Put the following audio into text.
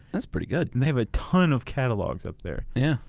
that's pretty good! and they have a ton of catalogs up there. yeah.